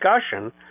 discussion